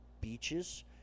beaches